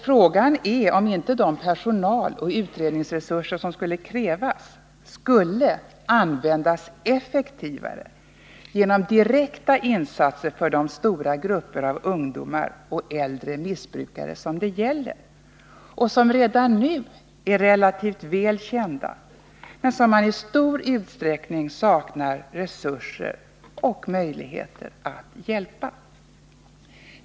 Frågan är om inte de personal och utredningsresurser som skulle krävas skulle användas effektivare genom direkta insatser för de stora grupper av ungdomar och äldre missbrukare som det gäller. Dessa grupper är redan nu relativt väl kända, men vi saknar i stor utsträckning resurser och möjligheter att hjälpa dem.